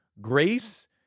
grace